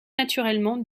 naturellement